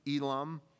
Elam